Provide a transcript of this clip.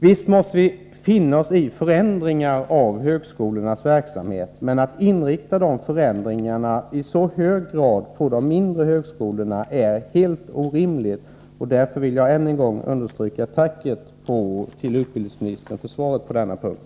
Visst måste vi finna oss i förändringar av högskolans verksamhet, men att de förändringarna i så hög grad inriktas på de mindre högskolorna är helt orimligt. Därför vill jag än en gång understryka att jag tackar utbildningsministern för svaret på denna punkt.